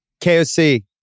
KOC